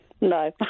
No